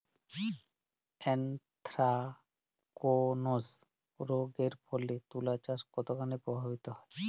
Anthracnose রোগ এর ফলে তুলাচাষ কতখানি প্রভাবিত হয়?